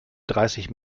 dreißig